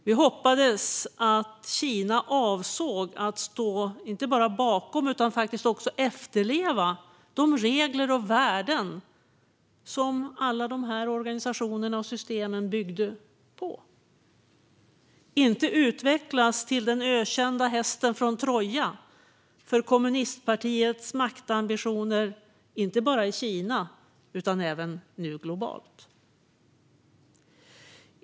Vi hoppades att Kina avsåg att inte bara stå bakom utan faktiskt också efterleva de regler och värden som alla de här organisationerna och systemen byggde på, inte utvecklas till den ökända hästen från Troja för kommunistpartiets maktambitioner inte bara i Kina utan även globalt.